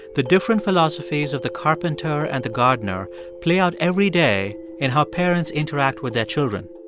the different philosophies of the carpenter and the gardener play out every day in how parents interact with their children.